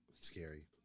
Scary